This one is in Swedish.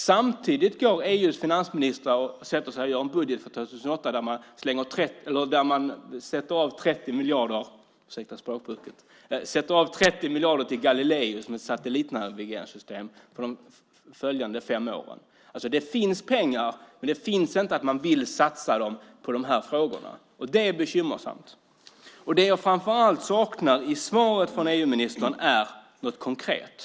Samtidigt sätter sig EU:s finansministrar och gör en budget för 2008 där man sätter av 30 miljarder till Galilei, som är ett satellitnavigeringssystem, för de följande fem åren. Det finns alltså pengar - det som saknas är viljan att satsa dem på de här frågorna, och det är bekymmersamt. Det jag framför allt saknar i svaret från EU-ministern är något konkret.